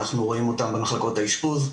אנחנו רואים אותם במחלקות האשפוז,